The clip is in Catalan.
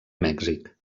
mèxic